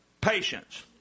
patience